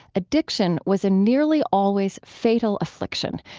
addiction was a nearly always fatal affliction,